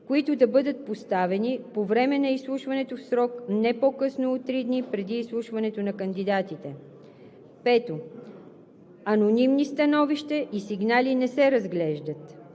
които да бъдат поставени по време на изслушването в срок не по-късно от три дни преди изслушването на кандидатите. 5. Анонимни становища и сигнали не се разглеждат.